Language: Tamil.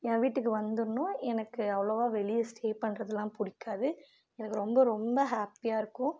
என் வீட்டுக்கு வந்துடணும் எனக்கு அவ்வளோவா வெளியே ஸ்டே பண்ணுறதுலாம் பிடிக்காது எனக்கு வந்து ரொம்ப ஹாப்பியாக இருக்கும்